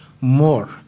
more